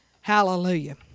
Hallelujah